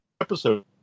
episode